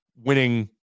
winning